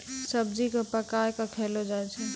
सब्जी क पकाय कॅ खयलो जाय छै